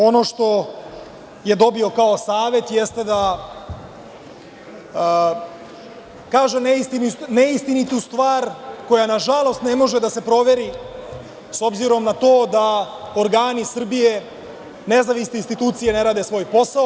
Ono što je dobio kao savet jeste da kaže neistinitu stvar koja nažalost ne može da se proveri s obzirom na to da organi Srbije, nezavisne institucije ne rade svoj posao.